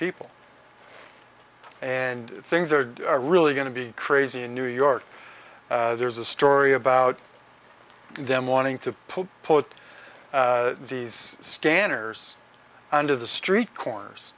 people and things are really going to be crazy in new york there's a story about them wanting to put put these scanners under the street corners